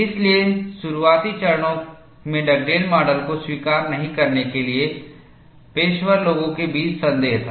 इसलिए शुरुआती चरणों में डगडेल मॉडल को स्वीकार नहीं करने के लिए पेशवर लोगों के बीच संदेह था